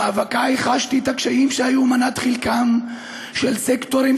במאבקיי חשתי את הקשיים שהיו מנת חלקם של סקטורים